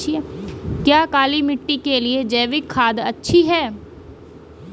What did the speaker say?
क्या काली मिट्टी के लिए जैविक खाद अच्छी है?